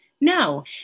No